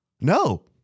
No